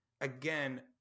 again